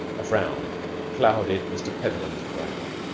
a frown clouded mr. petheram's brow.